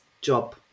job